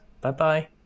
Bye-bye